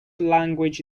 language